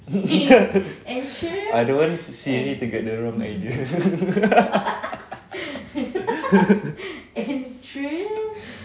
I don't want s~ SIRI to get the wrong idea